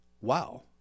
Wow